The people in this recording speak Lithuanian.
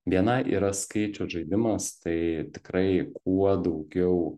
bni yra skaičių žaidimas tai tikrai kuo daugiau